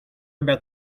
about